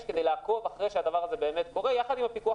כדי לעקוב שהדבר הזה אכן קורה וזה יחד עם הפיקוח